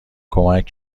کمک